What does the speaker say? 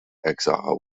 exile